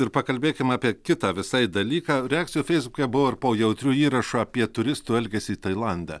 ir pakalbėkim apie kitą visai dalyką reakcijų feisbuke buvo ir po jautriu įrašu apie turistų elgesį tailande